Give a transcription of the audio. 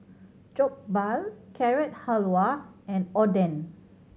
Jokbal Carrot Halwa and Oden